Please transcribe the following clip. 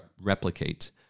replicate